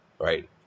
right